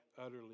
utterly